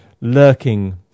lurking